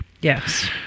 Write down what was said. yes